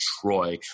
troy